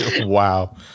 wow